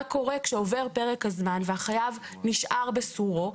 קורה כשעובר פרק הזמן והחייב נשאר בסורו.